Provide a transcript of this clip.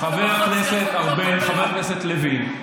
חבר הכנסת ארבל, חבר הכנסת לוין.